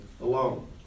alone